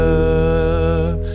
up